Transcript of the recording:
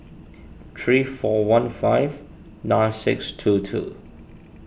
three four one five nine six two two